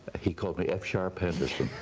he called me f sharp henderson.